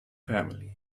family